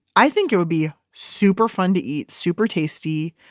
i think it would be super fun to eat. super tasty.